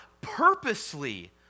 purposely